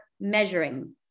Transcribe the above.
measuring